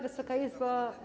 Wysoka Izbo!